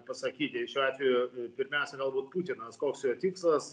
pasakyti šiuo atveju pirmiausia galbūt putinas koks jo tikslas